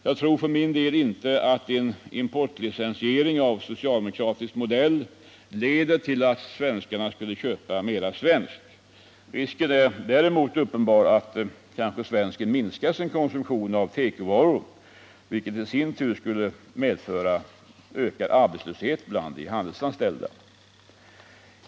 Jag tror för min del inte att en importlicensiering av socialdemokratisk modell leder till att svenskarna skulle köpa mera svenskt. Risken är däremot uppenbar att svensken minskar sin konsumtion av tekovaror, vilket i sin tur skulle medföra ökad arbetslöshet bland de handelsanställda.